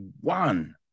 one